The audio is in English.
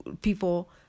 people